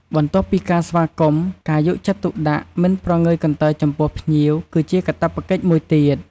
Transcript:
បន្ទាប់ពីការស្វាគមន៍ ការយកចិត្តទុកដាក់ មិនប្រងើយកន្តើយ ចំពោះភ្ញៀវគឺជាកាតព្វកិច្ចមួយទៀត។